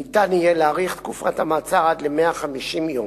ניתן יהיה להאריך את תקופת המעצר עד ל-150 יום,